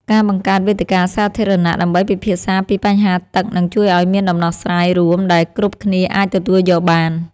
ការបង្កើតវេទិកាសាធារណៈដើម្បីពិភាក្សាពីបញ្ហាទឹកនឹងជួយឱ្យមានដំណោះស្រាយរួមដែលគ្រប់គ្នាអាចទទួលយកបាន។